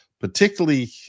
particularly